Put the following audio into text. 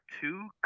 Two